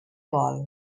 vol